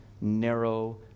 narrow